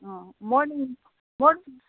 O morning morning